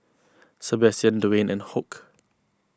Sabastian Dewayne and Hoke